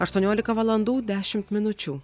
aštuoniolika valandų dešimt minučių